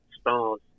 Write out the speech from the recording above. stars